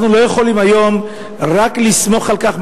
אנחנו לא יכולים היום רק לסמוך על כך,